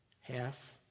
half